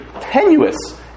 tenuous